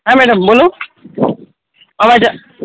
હા મેદમ બોલો આવજ